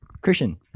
Christian